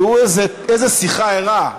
תראו איזו שיחה ערה.